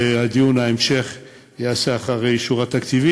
ודיון ההמשך ייעשה אחרי אישור התקציב.